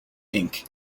ink